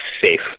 safe